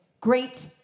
Great